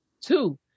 Two